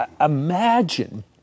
imagine